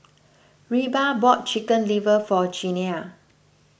Reba bought Chicken Liver for Janiah